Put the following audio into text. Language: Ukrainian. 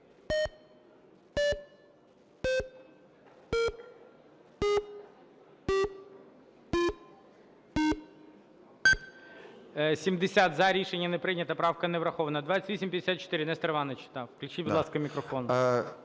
За-70 Рішення не прийнято. Правка не врахована. 2854, Нестор Іванович. Включіть, будь ласка, мікрофон.